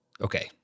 okay